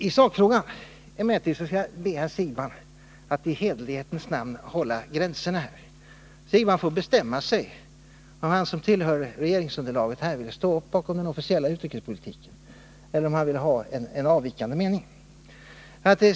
I sakfrågan skall jag emellertid be herr Siegbahn att i hederlighetens namn hålla gränserna. Herr Siegbahn får bestämma sig om han, som tillhör regeringsunderlaget, vill ställa sig bakom den officiella utrikespolitiken eller om han vill anmäla en avvikande mening.